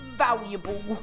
valuable